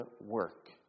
work